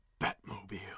Batmobile